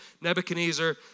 Nebuchadnezzar